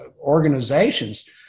organizations